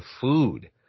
food